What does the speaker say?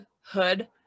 hood